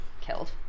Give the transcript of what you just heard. killed